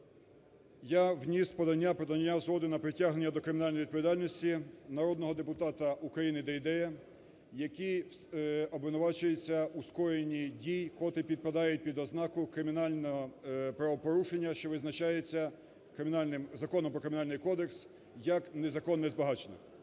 про надання згоди на притягнення до кримінальної відповідальності народного депутата України Дейдея, який обвинувачується у скоєнні дій, котрі підпадають під ознаку кримінального правопорушення, що визначається Кримінальним... Законом про Кримінальний кодекс як незаконне збагачення.